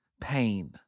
pain